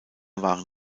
waren